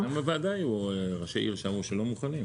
בוודאי היו ראשי עיר שלא מוכנים.